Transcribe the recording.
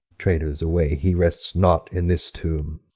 traitors, away! he rests not in this tomb.